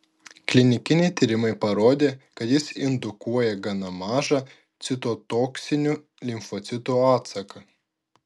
klinikiniai tyrimai parodė kad jis indukuoja gana mažą citotoksinių limfocitų atsaką